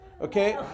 Okay